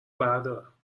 بردارم